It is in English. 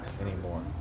anymore